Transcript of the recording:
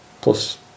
plus